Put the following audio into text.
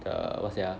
the what's that ah